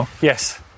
Yes